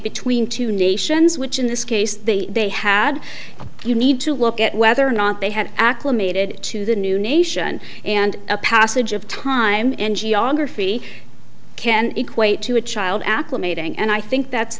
between two nations which in this case they had you need to look at whether or not they had acclimated to the new nation and a passage of time in geography can equate to a child acclimating and i think that's